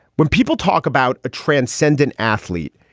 when people talk about a transcendent athlete,